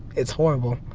it's horrible.